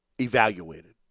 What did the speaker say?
evaluated